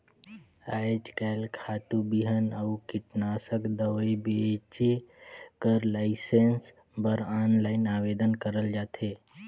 आएज काएल खातू, बीहन अउ कीटनासक दवई बेंचे कर लाइसेंस बर आनलाईन आवेदन करल जाथे